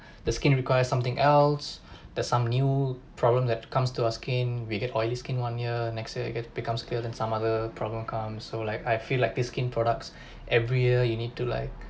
the skin requires something else there some new problem that comes to our skin we get oily skin one year next year it get becomes clear than some other problem come so like I feel like this skin products every year you need to like